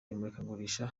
imurikagurisha